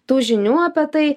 tų žinių apie tai